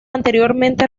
anteriormente